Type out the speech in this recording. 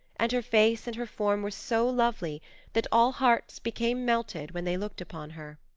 and her face and her form were so lovely that all hearts became melted when they looked upon her.